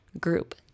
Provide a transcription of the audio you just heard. group